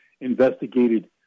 investigated